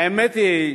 האמת היא,